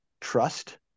trust